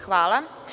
Hvala.